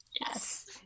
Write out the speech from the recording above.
Yes